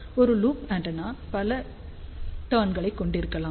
ஒரு loop antenna பல டர்ன்களைக் கொண்டிருக்கலாம்